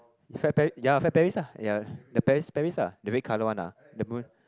Fred Perry ya Fred Perrys ah ya the Perrys Perrys uh the red colour one uh the moon